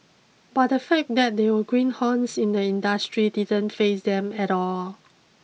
but the fact that they were greenhorns in the industry didn't faze them at all